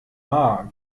maar